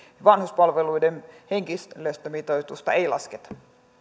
vanhuspalveluiden henkilöstömitoitusta ei lasketa